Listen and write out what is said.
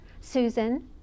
Susan